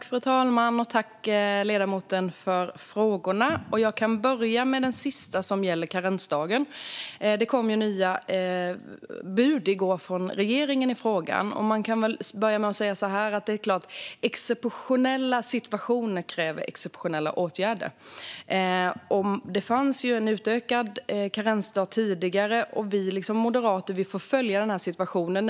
Fru talman! Jag tackar ledamoten för frågorna. Jag kan börja med den sista, som gällde karensdagen. I går kom det ju nya bud från regeringen i frågan. Man kan väl börja med att säga att exceptionella situationer självklart kräver exceptionella åtgärder. Det fanns en utökad karensdag tidigare, och vi moderater får liksom följa situationen.